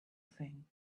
thing